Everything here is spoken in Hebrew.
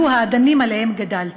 היה האדנים שעליהם גדלתי.